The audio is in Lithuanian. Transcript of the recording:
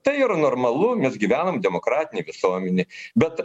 tai yra normalu mes gyvenam demokratinėj visuomenėj bet